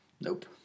Nope